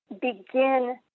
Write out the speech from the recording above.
begin